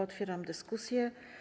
Otwieram dyskusję.